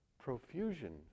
profusion